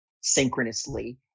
synchronously